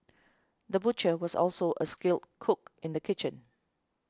the butcher was also a skilled cook in the kitchen